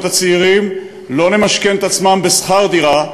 הצעירים לא למשכן את עצמם בשכר דירה,